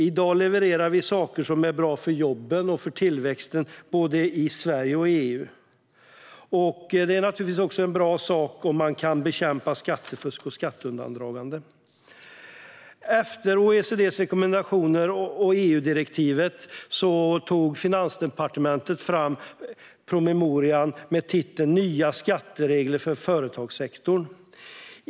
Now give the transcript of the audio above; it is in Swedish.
I dag levererar vi saker som är bra för jobben och tillväxten i både Sverige och EU. Det är naturligtvis en bra sak om man kan bekämpa skattefusk och skatteundandraganden. Efter OECD:s rekommendationer och EU-direktivet tog Finansdepartementet fram promemorian med titeln Nya skatteregler för företagssektorn .